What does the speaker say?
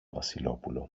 βασιλόπουλο